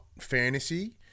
fantasy